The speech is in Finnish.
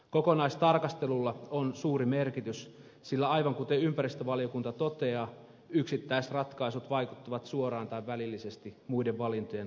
kokonaistarkastelulla on suuri merkitys sillä aivan kuten ympäristövaliokunta toteaa yksittäisratkaisut vaikuttavat suoraan tai välillisesti muiden valintojen toteuttamisedellytyksiin